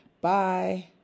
Bye